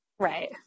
Right